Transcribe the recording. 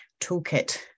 toolkit